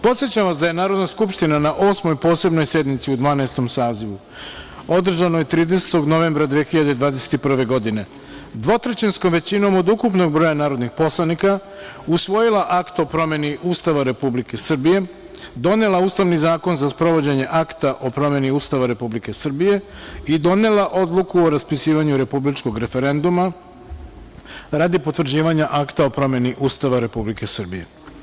Podsećam vas da je Narodna skupština na Osmoj posebnoj sednici u Dvanaestom sazivu, održanoj 30. novembra 2021. godine, dvotrećinskom većinom od ukupnog broja narodnih poslanika usvojila Akt o promeni Ustava Republike Srbije, donela Ustavni zakon za sprovođenje Akta o promeni Ustava Republike Srbije i donela Odluku o raspisivanju republičkog referenduma radi potvrđivanja Akta o promeni Ustava Republike Srbije.